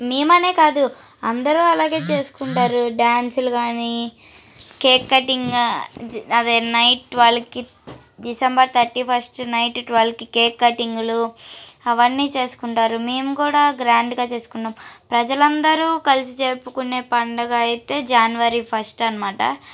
మేము అనే కాదు అందరూ అలాగే చేసుకుంటారు డ్యాన్సులు గాని కేక్ కటింగ్ అదే నైట్ ట్వల్కి డిసెంబర్ థర్టీ ఫస్ట్ నైట్ ట్వల్కి కేక్ కటింగ్లు అవన్నీ చేసుకుంటారు మేము కూడా గ్రాండ్గా చేసుకున్నాం ప్రజలు అందరూ కలిసి జరుపుకునే పండుగ అయితే జనవరి ఫస్ట్ అనమాట